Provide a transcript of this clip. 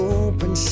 open